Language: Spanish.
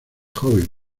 joven